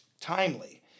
timely